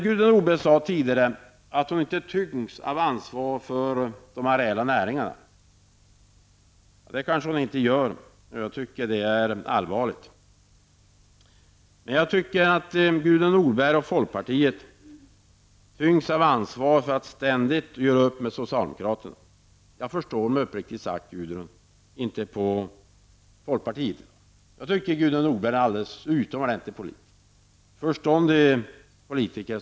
Gudrun Norberg sade tidigare att hon inte tyngs av ansvar för de areella näringarna. Det kanske hon inte gör, och jag tycker att det är allvarligt. Men jag tycker att Gudrun Norberg och folkpartiet tyngs av ansvar för att ständigt göra upp med socialdemokraterna. Jag förstår mig uppriktigt sagt, Gudrun Norberg, inte på folkpartiet. Jag tycker att Gudrun Norberg är en alldeles utomordentlig och förståndig politiker.